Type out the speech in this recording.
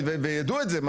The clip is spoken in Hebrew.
וידעו את זה.